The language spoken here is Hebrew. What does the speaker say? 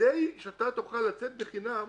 כדי שתוכל לצאת בחינם